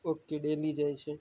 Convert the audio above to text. okay ડેલી જાય છે